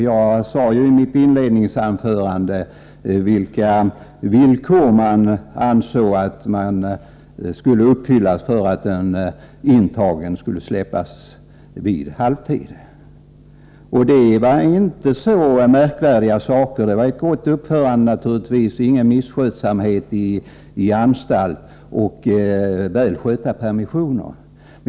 Jag redogjorde i mitt inledningsanförande för de villkor man ansåg skulle uppfyllas för att en intern skulle friges efter halva strafftiden. Det var inte så märkvärdiga villkor — ett gott uppförande naturligtvis, ingen misskötsamhet i anstalt och väl skötta permissioner.